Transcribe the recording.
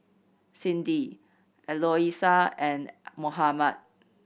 Cindi Eloisa and Mohammad